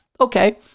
okay